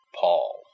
Paul